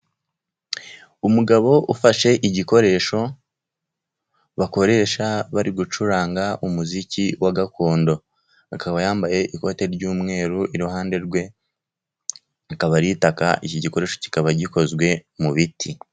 Umugabo ufashe igikoresho bakoresha bari gucuranga umuziki wa gakondo, akaba yambaye ikote ry'umweru iruhande hakaba ari taka. Iki gikoresho kikaba gikozwe mu biti.